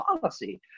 policy